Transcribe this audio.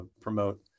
promote